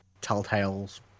telltales